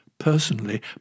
personally